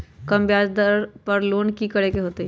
कम ब्याज पर लोन की करे के होतई?